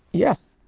yes,